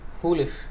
foolish